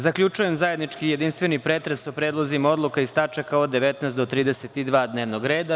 Zaključujem zajednički jedinstveni pretres o predlozima odluka iz tačaka od 19. do 32. dnevnog reda.